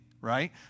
right